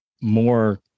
more